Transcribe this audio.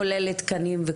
כולל תקנים.